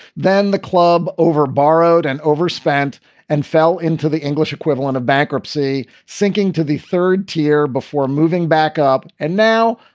then the club overborrowed and overspent and fell into the english equivalent of bankruptcy, sinking to the third tier before moving back up. and now,